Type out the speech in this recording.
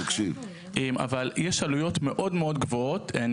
אבל יש עלויות מאוד-מאוד גבוהות.